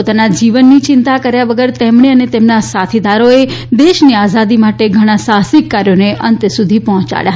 પોતાના જીવનની ચિંતા કર્યા વગર તેમણે અને તેમના સાથીદારોએ દેશની આઝાદી માટે ઘણાં સાહસિક કાર્યોને અંત સુધી પહોંચાડયા